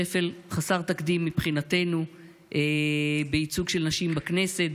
שפל חסר תקדים מבחינתנו בייצוג של נשים בכנסת,